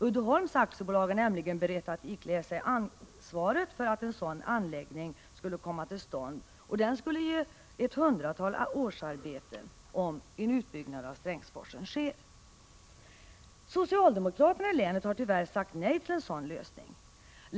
Uddeholms AB är nämligen berett att ikläda sig ansvaret för att en sådan anläggning skapas. Den skulle ge ett hundratal årsarbeten, om en utbyggnad av Strängsforsen sker. Socialdemokraterna i länet har tyvärr sagt nej till en sådan lösning.